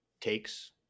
takes